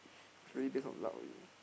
it's really based on luck only